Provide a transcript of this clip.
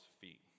feet